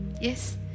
Yes